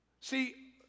See